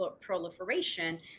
proliferation